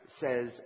says